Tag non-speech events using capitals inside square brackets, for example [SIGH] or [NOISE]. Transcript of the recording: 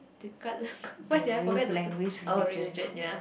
regardless [NOISE] what did I forget to religion ya